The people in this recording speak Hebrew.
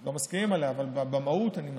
לא מסכימים עליה, אבל במהות אני מסכים.